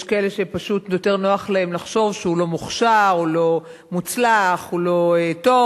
יש כאלה שפשוט יותר נוח להם לחשוב שהוא לא מוכשר או לא מוצלח או לא טוב,